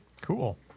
Cool